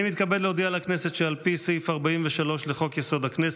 אני מתכבד להודיע לכנסת שעל פי סעיף 43 לחוק-יסוד: הכנסת,